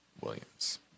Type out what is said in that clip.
Williams